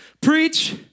Preach